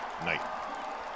night